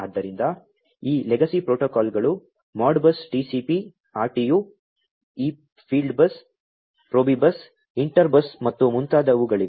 ಆದ್ದರಿಂದ ಈ ಲೆಗಸಿ ಪ್ರೋಟೋಕಾಲ್ಗಳು ಮಾಡ್ಬಸ್ TCP RTU ಈ ಫೀಲ್ಡ್ಬಸ್ ಪ್ರೊಫಿಬಸ್ ಇಂಟರ್ ಬಸ್ ಮತ್ತು ಮುಂತಾದವುಗಳಾಗಿವೆ